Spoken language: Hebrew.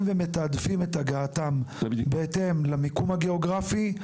ומתעדפים את הגעתם בהתאם למיקום הגיאוגרפי,